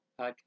podcast